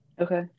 Okay